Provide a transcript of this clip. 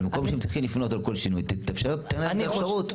אבל במקום שהם צריכים לפנות על כל שינוי תן להם את האפשרות.